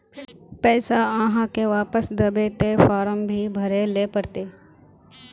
पैसा आहाँ के वापस दबे ते फारम भी भरें ले पड़ते?